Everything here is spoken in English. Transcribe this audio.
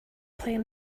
playing